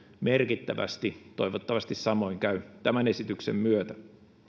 merkittävästi toivottavasti samoin käy tämän esityksen myötä